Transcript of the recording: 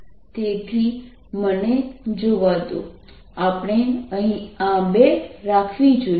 તેથી મને જોવા દો આપણે અહીં આ 2 રાખવી જોઈએ